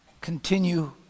continue